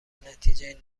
نتیجه